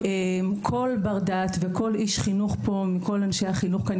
כל בר דעת וכל איש חינוך פה מכל אנשי החינוך כאן,